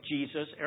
Jesus